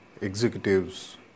executives